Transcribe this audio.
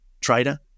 trader